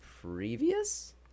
previous